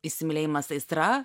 įsimylėjimas aistra